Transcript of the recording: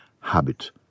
habit